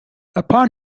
upon